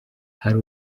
hari